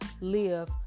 live